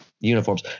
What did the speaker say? uniforms